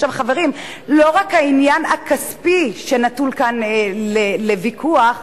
חברים, לא רק העניין הכספי נתון כאן לוויכוח.